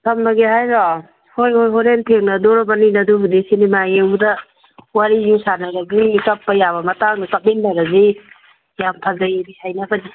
ꯊꯝꯃꯒꯦ ꯍꯥꯏꯔꯣ ꯍꯣꯏ ꯍꯣꯏ ꯍꯣꯏ ꯍꯣꯔꯦꯟ ꯊꯦꯡꯅꯗꯣꯔꯕꯅꯤꯅ ꯑꯗꯨꯕꯨꯗꯤ ꯁꯤꯅꯤꯃꯥ ꯌꯦꯡꯕꯗ ꯋꯥꯔꯤꯁꯨ ꯁꯥꯟꯅꯔꯗꯣꯏꯅꯤ ꯀꯞꯄ ꯌꯥꯕ ꯃꯇꯥꯡꯗ ꯀꯞꯃꯤꯟꯅꯔꯅꯤ ꯌꯥꯝ ꯐꯖꯩ ꯍꯥꯏꯅꯕꯅꯤ